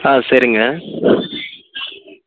ஆ சரிங்க